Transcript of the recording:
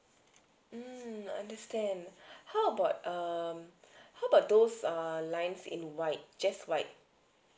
mm understand how about um how about those lines in white just white